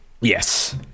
Yes